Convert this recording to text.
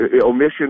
omission